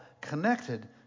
connected